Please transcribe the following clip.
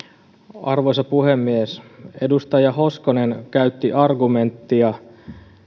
arvoisa puhemies edustaja hoskonen käytti argumenttia